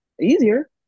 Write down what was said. easier